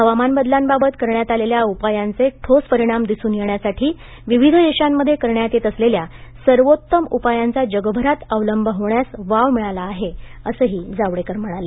हवामान बदलांबाबत करण्यात आलेल्या उपायांचे ठोस परिणाम दिसून येण्यासाठी विविध देशांमध्ये करण्यात येत असलेल्या सर्वोत्तम उपायांचा जगभरात अवलंब होण्यास वाव मिळाला पाहिजे असंही जावडेकर म्हणाले